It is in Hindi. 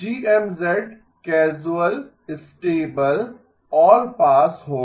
1 GM casual stable all pass होगा